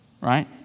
right